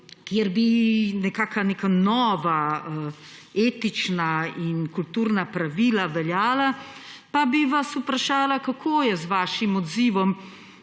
kjer bi veljala neka nova etična in kulturna pravila, pa bi vas vprašala, kako je z vašim odzivom,